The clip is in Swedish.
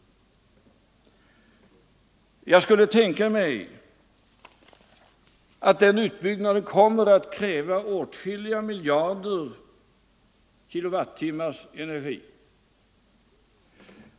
Fredagen den Jag skulle tänka mig att den utbyggnaden kommar att kräva energi 29 november 1974 motsvarande åtskilliga miljarder kilowattimmar.